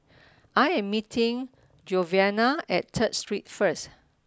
I am meeting Giovanna at Third Street first